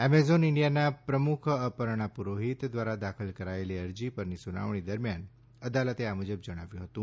Amazon ઇન્ડિયાના પ્રમુખ અપર્ણા પુરોહિત દ્વારા દાખલ કરાયેલી અરજી પરની સુનાવણી દરમિયાન અદાલતે આ મુજબ જણાવ્યું હતું